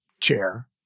chair